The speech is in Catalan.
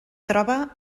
troba